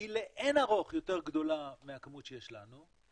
היא לעין ערוך יותר גדולה מהכמות שיש לנו,